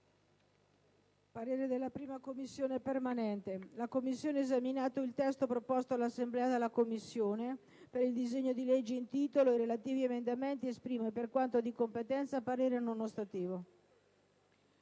«La 1a Commissione permanente, esaminato il testo proposto all'Assemblea dalla Commissione per il disegno di legge in titolo e i relativi emendamenti, esprime, per quanto di competenza, parere non ostativo».